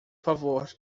favor